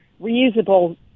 reusable